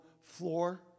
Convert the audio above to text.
floor